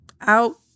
out